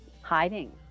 hiding